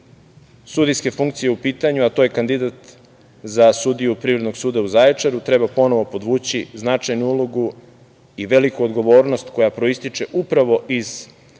sudijske funkcije u pitanju, a to je kandidat za sudiju Privrednog suda u Zaječaru, treba ponovo podvući značajnu ulogu i veliku odgovornost koja proističe upravo iz